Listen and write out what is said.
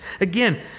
Again